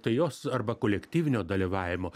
tai jos arba kolektyvinio dalyvavimo